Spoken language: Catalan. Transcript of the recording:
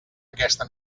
aquesta